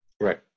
Right